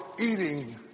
eating